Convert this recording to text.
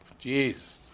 Jeez